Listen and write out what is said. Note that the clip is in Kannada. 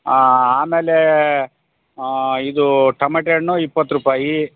ಹಾಂ ಆಮೇಲೆ ಹಾಂ ಇದು ಟಮಟೆ ಹಣ್ಣು ಇಪ್ಪತ್ತು ರೂಪಾಯಿ